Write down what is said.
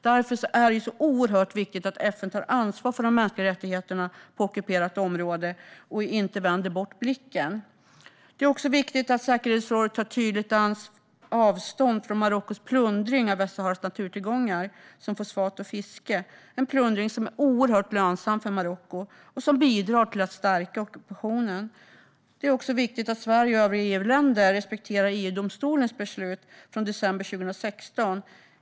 Därför är det så oerhört viktigt att FN tar ansvar för de mänskliga rättigheterna på ockuperat område och inte vänder bort blicken. Det är också viktigt att säkerhetsrådet tar tydligt avstånd från Marockos plundring av Västsaharas naturtillgångar, till exempel fosfat och fiske. Det är en oerhört lönsam plundring för Marocko, och den bidrar till att stärka ockupationsmakten. Det är också viktigt att Sverige och övriga EU-länder respekterar EU-domstolens beslut från december 2016.